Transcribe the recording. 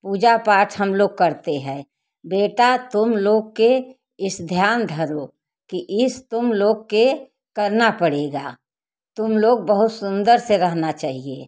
पूजा पाठ हम लोग करते हैं बेटा तुम लोग के इस ध्यान धरो कि इस तुम लोग के करना पड़ेगा तुम लोग बहुत सुंदर से रहना चाहिए